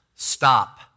Stop